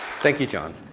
thank you, john.